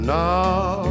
now